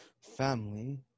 family